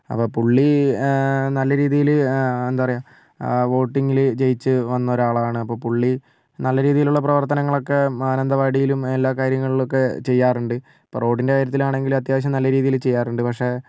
അപ്പം പുള്ളി നല്ല രീതിയിൽ എന്താണ് പറയുക വോട്ടിങ്ങിൽ ജയിച്ച് വന്ന ഒരാളാണ് അപ്പോൾ പുള്ളി നല്ല രീതിയിലുള്ള പ്രവർത്തനങ്ങളൊക്കെ മാനന്തവാടിയിലും എല്ലാ കാര്യങ്ങളിലും ഒക്കെ ചെയ്യാറുണ്ട് ഇപ്പം റോഡിൻ്റെ കാര്യത്തിൽ ആണെങ്കിലും അത്യാവശ്യം നല്ല രീതിയിൽ ചെയ്യാറുണ്ട് പക്ഷേ